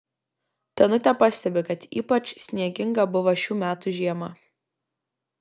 danutė pastebi kad ypač snieginga buvo šių metų žiema